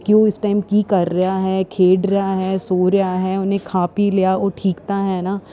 ਕਿ ਉਹ ਇਸ ਟਾਈਮ ਕੀ ਕਰ ਰਿਹਾ ਹੈ ਖੇਡ ਰਿਹਾ ਹੈ ਸੋ ਰਿਹਾ ਹੈ ਉਹਨੇ ਖਾ ਪੀ ਲਿਆ ਉਹ ਠੀਕ ਤਾਂ ਹੈ ਨਾ